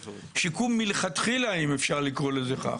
שיקום מלכתחילה, אם אפשר לקרוא לזה כך.